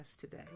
today